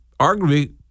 arguably